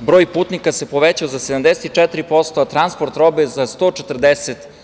broj putnika povećao za 74%, a transport robe za 140%